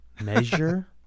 Measure